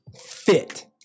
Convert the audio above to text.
Fit